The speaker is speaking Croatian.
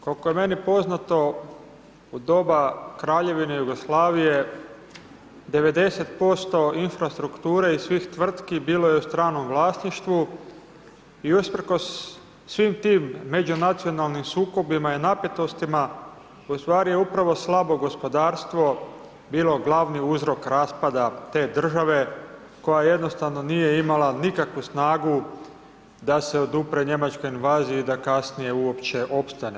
Koliko je meni poznato, u doba Kraljevine Jugoslavije 90% infrastrukture iz svih tvrtki bilo je u stranom vlasništvu i usprkos svim tim međunacionalnim sukobima i napetostima u stvari je upravo slabo gospodarstvo bilo glavni uzrok raspada te države koja jednostavno nije imala nikakvu snagu da se odupre njemačkoj invaziji da kasnije uopće opstane.